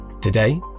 Today